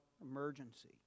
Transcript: emergency